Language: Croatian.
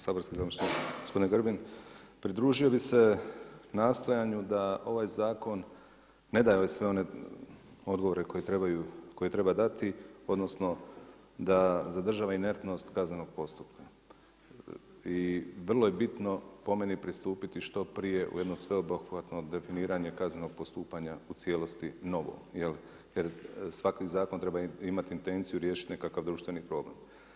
Saborski zastupniče, gospodin Grbin, pridružio bi se nastojanju da ovaj zakon ne daje sve one odgovore koje treba dati, odnosno, zadržava inertnost kaznenog postupka i vrlo je bitno po meni pristupiti što prije u jednom sveobuhvatnom definiranje kaznenog postupanja u cijelosti, novo, jer svaki zakon treba imati intenciju riješiti nekakav društveni problem.